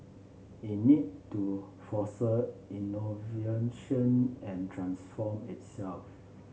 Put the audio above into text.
it need to innovation and transform itself